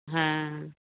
হ্যাঁ